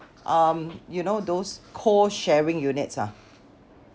um you know those co-sharing units ah